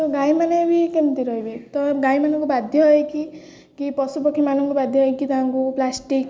ତ ଗାଈମାନେ ବି କେମିତି ରହିବେ ତ ଗାଈମାନଙ୍କୁ ବାଧ୍ୟ ହୋଇକି କି ପଶୁପକ୍ଷୀମାନଙ୍କୁ ବାଧ୍ୟ ହୋଇକି ତାଙ୍କୁ ପ୍ଲାଷ୍ଟିକ୍